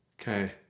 Okay